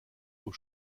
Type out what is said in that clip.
aux